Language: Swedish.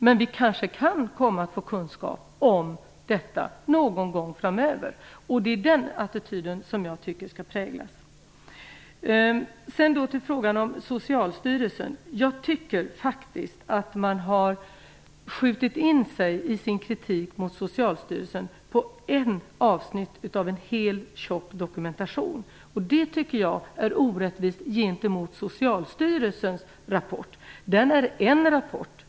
Men vi kanske kan komma att få kunskap om detta någon gång framöver. Det är den attityden som jag tycker skall prägla oss. Man har i sin kritik av Socialstyrelsen skjutit in sig på ett avsnitt av en tjock dokumentation. Det tycker jag är orättvist gentemot Socialstyrelsens rapport. Det är en rapport.